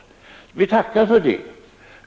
Vi tackar för det.